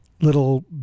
little